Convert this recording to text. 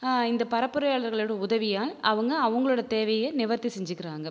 இந்தப் பரப்புரையாளர்களோட உதவியால் அவங்க அவங்ளோட தேவையை நிவர்த்தி செஞ்சுக்கிறாங்க